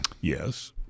Yes